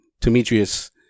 Demetrius